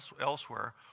elsewhere